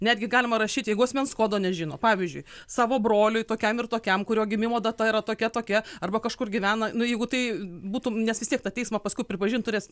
netgi galima rašyt jeigu asmens kodo nežino pavyzdžiui savo broliui tokiam ir tokiam kurio gimimo data yra tokia tokia arba kažkur gyvena nu jeigu tai būtų nes vis tiek tą teismą paskui pripažint turės